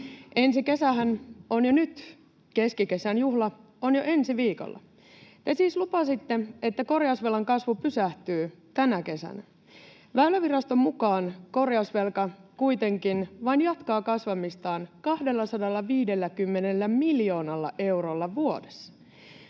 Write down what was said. Ensi kesähän on jo nyt, keskikesän juhla on jo ensi viikolla. Te siis lupasitte, että korjausvelan kasvu pysähtyy tänä kesänä. Väyläviraston mukaan korjausvelka kuitenkin vain jatkaa kasvamistaan, 250 miljoonalla eurolla vuodessa.